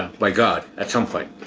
by god at some point.